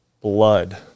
blood